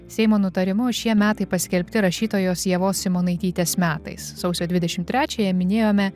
seimo nutarimu šie metai paskelbti rašytojos ievos simonaitytės metais sausio dvidešim trečiąją minėjome